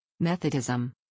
Methodism